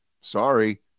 sorry